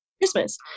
christmas